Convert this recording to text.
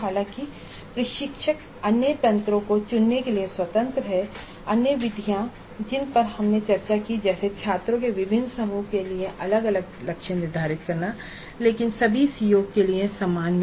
हालाँकि प्रशिक्षक अन्य तंत्रों को चुनने के लिए स्वतंत्र है अन्य विधियाँ जिन पर हमने चर्चा की जैसे कि छात्रों के विभिन्न समूहों के लिए अलग अलग लक्ष्य निर्धारित करना लेकिन सभी सीओ के लिए सामान्य